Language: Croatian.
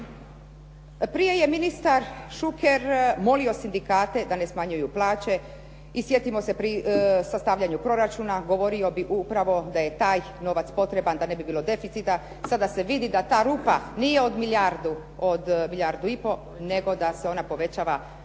Prije je ministar Šuker molio sindikate da ne smanjuju plaće. I sjetimo se u pri sastavljanju proračuna, govorio bi upravo da je taj novac potreban da ne bi bilo deficita. Sada se vidi da ta rupa nije od milijardu i pol, nego da se ona povećava na